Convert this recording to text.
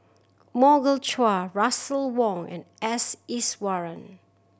Morgan Chua Russel Wong and S Iswaran